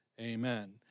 amen